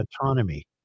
autonomy